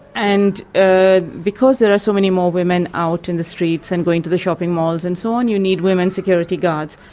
and ah because there are so many more women out in the streets and going to the shopping malls and so on, you need women security guards.